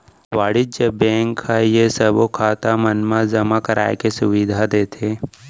वाणिज्य बेंक ह ये सबो खाता मन मा जमा कराए के सुबिधा देथे